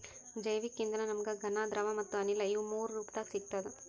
ಜೈವಿಕ್ ಇಂಧನ ನಮ್ಗ್ ಘನ ದ್ರವ ಮತ್ತ್ ಅನಿಲ ಇವ್ ಮೂರೂ ರೂಪದಾಗ್ ಸಿಗ್ತದ್